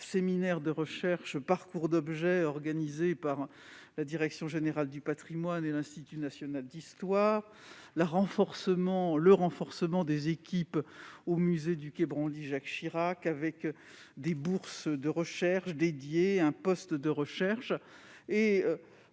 séminaire de recherche « Parcours d'objets » organisé par la Direction générale des patrimoines et l'Institut national d'histoire de l'art, le renforcement des équipes au musée du quai Branly-Jacques Chirac grâce à des bourses de recherche spécifiques et un poste de recherche.